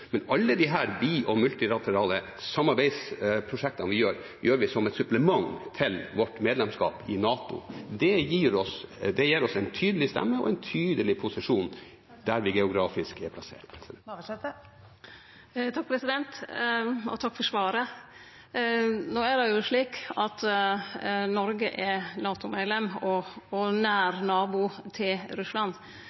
men alle disse bi- og multilaterale samarbeidsprosjektene vi har, er som et supplement til vårt medlemskap i NATO. Det gir oss en tydelig stemme og en tydelig posisjon der vi geografisk er plassert. Takk for svaret. No er det jo slik at Noreg er NATO-medlem og nær nabo til Russland. Sverige og